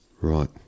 Right